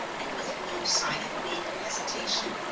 and with no sign of maiden hesitation,